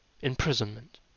Imprisonment